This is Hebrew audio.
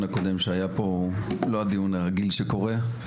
הקודם שהיה פה הוא לא הדיון הרגיל שקורה,